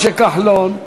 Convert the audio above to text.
משה כחלון.